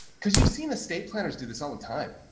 because you've seen the estate planners do this all the time.